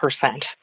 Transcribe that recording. percent